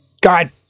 God